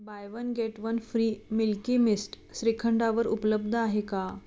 bye one get one free Milky Mist श्रीखंडावर उपलब्ध आहे का